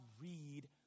read